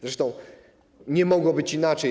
Zresztą nie mogło być inaczej.